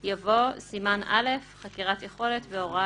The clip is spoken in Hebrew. יבוא: "סימן א': חקירת יכולת והוראה